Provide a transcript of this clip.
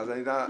אז אני אומר,